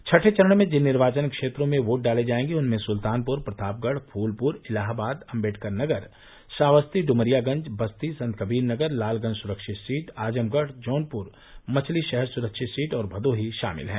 छठे चरण में जिन निर्वाचन क्षेत्रों में वोट डाले जायेंगे उनमें सुल्तानपुर प्रतापगढ़ फूलपुर इलाहाबाद अम्बेडकर नगर श्रावस्ती डुमरियागंज बस्ती संतकबीर नगर लालगंज सुरक्षित सीट आज़मगढ़ जौनपुर मछलीशहर सुरक्षित सीट और भदोही शामिल हैं